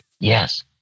Yes